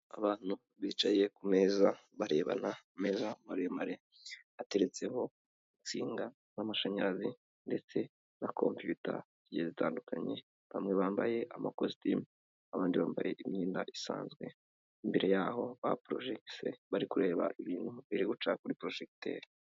Abantu bicaye ku meza barebana, ameza maremare ateretseho insinga z'amashanyarazi ndetse na kompiyuta zigiye zitandukanye, bamwe bambaye amakositimu abandi bambaye imyenda isanzwe, imbere yabo baporojekise bari kureba ibintu biri guca kuri porojekiteri.